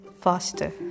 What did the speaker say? faster